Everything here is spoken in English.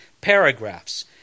paragraphs